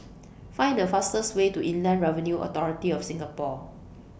Find The fastest Way to Inland Revenue Authority of Singapore